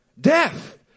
Death